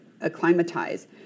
acclimatize